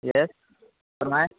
یس فرمائیں